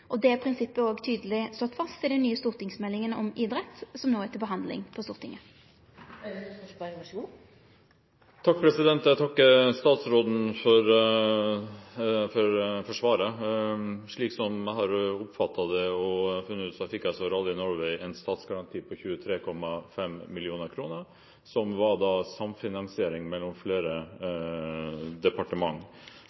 prinsippet er òg tydeleg slått fast i den nye stortingsmeldinga om idrett som no er til behandling i Stortinget. Jeg takker statsråden for svaret. Slik jeg har oppfattet det, fikk Rally Norway en statsgaranti på 23,5 mill. kr som var en samfinansiering mellom flere